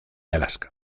alaska